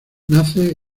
nace